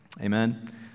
Amen